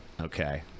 Okay